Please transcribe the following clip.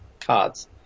cards